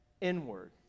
inward